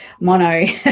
mono